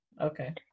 Okay